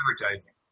advertising